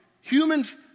Humans